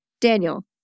Daniel